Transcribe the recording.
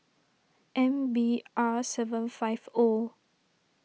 M B R seven five O